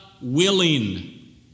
willing